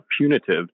punitive